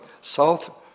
South